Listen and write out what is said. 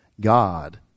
God